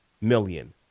million